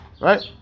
right